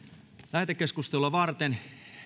lähetekeskustelua varten